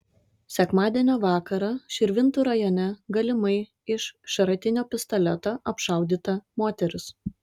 sekmadienio vakarą širvintų rajone galimai iš šratinio pistoleto apšaudyta moteris